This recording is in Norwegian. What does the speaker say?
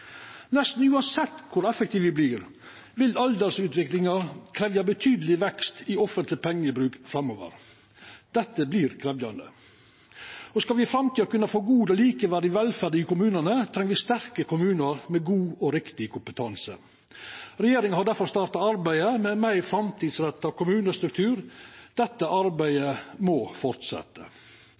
Nesten uansett kor effektive me vert, vil aldersutviklinga krevja betydelig vekst i offentleg pengebruk framover. Dette vert krevjande. Skal me i framtida kunna få god og likeverdig velferd i kommunane, treng me sterke kommunar med god og riktig kompetanse. Regjeringa har difor starta arbeidet med ein meir framtidsretta kommunestruktur. Dette arbeidet må